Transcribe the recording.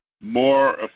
more